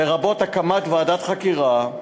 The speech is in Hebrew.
לרבות הקמת ועדת חקירה,